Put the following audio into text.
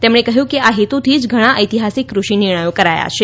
તેમણે કહ્યું કે આ હેતુથી જ ઘણા ઐતિહાસિક કૃષિ નિર્ણયો કરાયા છે